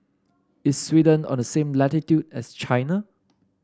is Sweden on the same latitude as China